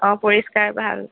অ' পৰিস্কাৰ ভাল